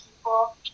people